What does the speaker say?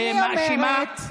אני אומרת,